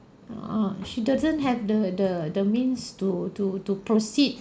uh she doesn't have the the the means to to to proceed